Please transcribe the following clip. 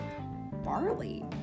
Barley